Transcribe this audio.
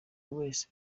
wese